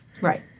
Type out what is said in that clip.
Right